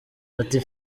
ati